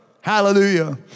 Hallelujah